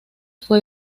fue